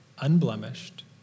unblemished